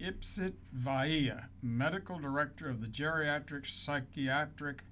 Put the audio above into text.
ip sit by medical director of the geriatric psychiatric